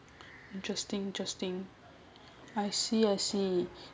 interesting interesting I see I see